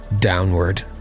downward